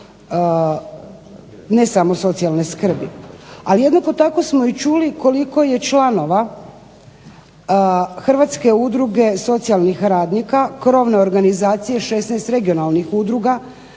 ne samo socijalne skrbi. Ali, jednako tako smo i čuli koliko je članova Hrvatske udruge socijalnih radnika, krovne organizacije 16 regionalnih udruga